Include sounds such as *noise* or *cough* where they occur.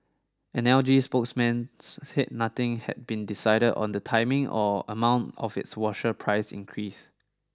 an L G spokesman *noise* nothing had been decided on the timing or amount of its washer price increase